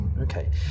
Okay